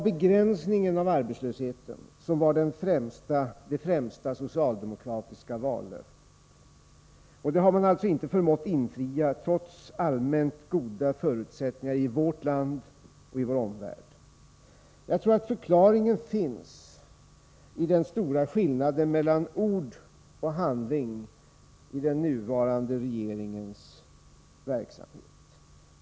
Begränsning av arbetslösheten var det främsta socialdemokratiska vallöftet, och det har socialdemokraterna alltså inte förmått infria trots allmänt goda förutsättningar i vårt land och i vår omvärld. Jag tror att förklaringen finns i den stora skillnaden mellan ord och handling i den nuvarande regeringens verksamhet.